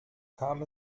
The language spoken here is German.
kam